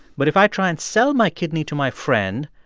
but if i try and sell my kidney to my friend,